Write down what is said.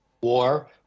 war